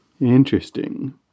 Interesting